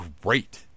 great